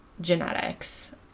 genetics